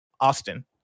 Austin